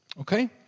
Okay